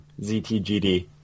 ZTGD